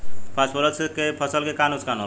Phosphorus के से फसल के का नुकसान होला?